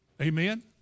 Amen